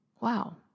Wow